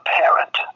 parent